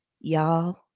Y'all